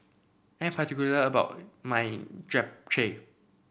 I'm particular about my Japchae